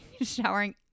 Showering